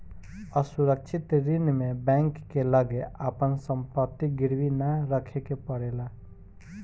असुरक्षित ऋण में बैंक के लगे आपन संपत्ति गिरवी ना रखे के पड़ेला